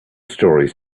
stories